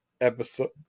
episode